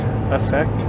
effect